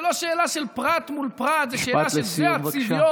זאת לא שאלה של פרט מול פרט, זאת שאלה של צביון.